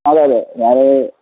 അതേ അതേ ഞാൻ